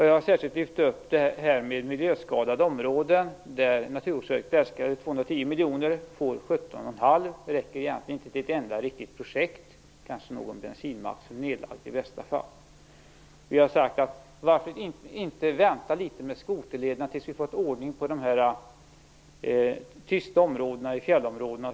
Jag har särskilt lyft upp det här med miljöskadade områden, där Naturvårdsverket har äskat 210 miljoner och får 17 1⁄2. Det räcker inte till ett enda riktigt projekt - kanske i bästa fall någon nedlagd bensinmack.